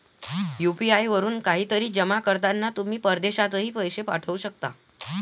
UPI वरून काहीतरी जमा करताना तुम्ही परदेशातही पैसे पाठवू शकता